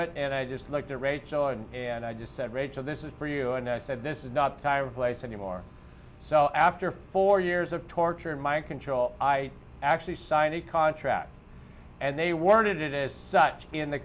it and i just looked at rachel and and i just said rachel this is for you and i said this is not the tire place any more so after four years of torture and mind control i actually signed a contract and they worded it as such in the